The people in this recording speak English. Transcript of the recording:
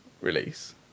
release